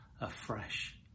afresh